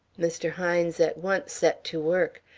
mr. hines at once set to work.